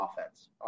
offense